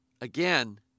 Again